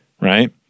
Right